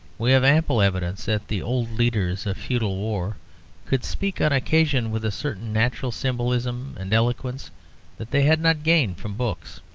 we have ample evidence that the old leaders of feudal war could speak on occasion with a certain natural symbolism and eloquence that they had not gained from books.